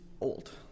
old